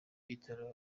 bitaro